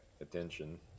attention